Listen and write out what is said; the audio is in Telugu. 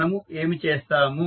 మనము ఏమి చేస్తాము